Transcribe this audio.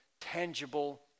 tangible